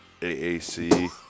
AAC